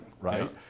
right